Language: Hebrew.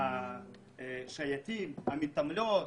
את השייטים, את המתעמלות.